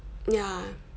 ya